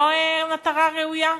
לא מטרה ראויה?